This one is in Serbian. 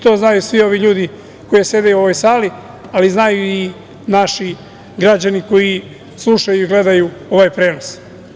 To znaju svi ovi ljudi koji sede u ovoj sali, ali znaju i naši građani koji slušaju i gledaju ovaj prenos.